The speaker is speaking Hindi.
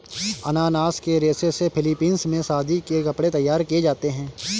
अनानास के रेशे से फिलीपींस में शादी के कपड़े तैयार किए जाते हैं